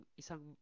isang